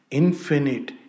infinite